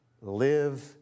live